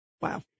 Wow